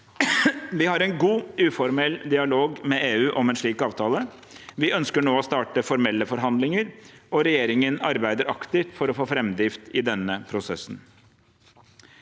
Vi har en god, uformell dialog med EU om en slik avtale. Vi ønsker nå å starte formelle forhandlinger, og regjeringen arbeider aktivt for å få framdrift i denne prosessen.